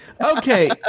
okay